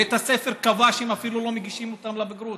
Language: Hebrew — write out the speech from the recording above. ובית הספר אפילו קבע שלא מגישים אותם לבגרות,